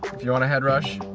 if you want a head rush,